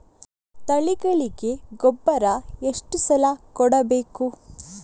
ತಳಿಗಳಿಗೆ ಗೊಬ್ಬರ ಎಷ್ಟು ಸಲ ಕೊಡಬೇಕು?